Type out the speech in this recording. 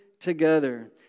Together